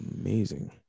amazing